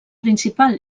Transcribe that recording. principal